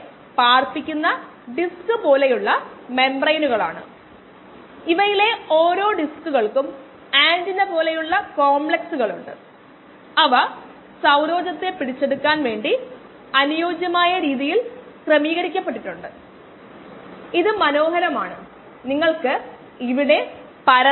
3 minute തുല്യമാകും